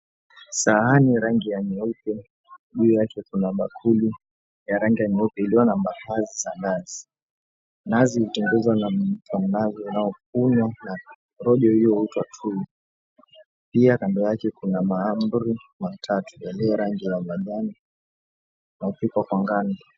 Sahani rangi ya nyeusi juu yake kuna bakuli ya rangi ya nyeupe iliyo na mapazi za nazi. Nazi hutengenezwa na mtangazi unaokunywa na roho hiyo huitwa tu. Pia kando yake kuna maamburi matatu yenye rangi ya majani. Wapikwa kwa ngano.